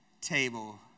table